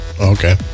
Okay